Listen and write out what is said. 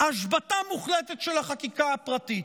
השבתה מוחלטת של החקיקה הפרטית,